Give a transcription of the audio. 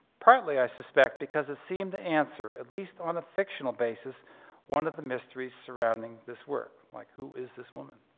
partly, i suspect, because it seemed an answer at least on a fictional basis one of the mysteries surrounding this work, like who is this woman?